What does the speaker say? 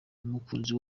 n’umukunzi